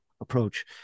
approach